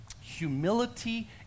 Humility